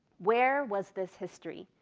where was this history?